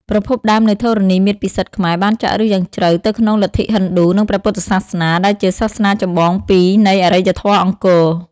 ប្រភពដើមនៃធរណីមាត្រពិសិដ្ឋខ្មែរបានចាក់ឫសយ៉ាងជ្រៅទៅក្នុងលទ្ធិហិណ្ឌូនិងព្រះពុទ្ធសាសនាដែលជាសាសនាចម្បងពីរនៃអរិយធម៌អង្គរ។